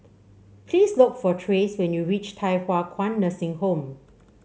please look for Trace when you reach Thye Hua Kwan Nursing Home